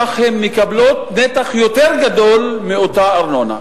כך הן מקבלות נתח יותר גדול מאותה ארנונה.